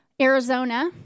Arizona